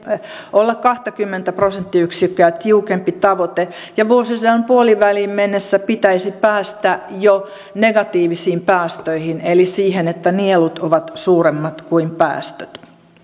olla kaksikymmentä prosenttiyksikköä tiukempi tavoite ja vuosisadan puoliväliin mennessä pitäisi päästä jo negatiivisiin päästöihin eli siihen että nielut ovat suuremmat kuin päästöt